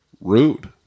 Rude